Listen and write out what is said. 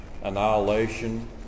annihilation